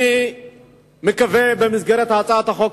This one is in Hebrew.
אני מקווה שבמסגרת הצעת החוק,